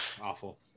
awful